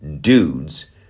dudes